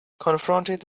confronted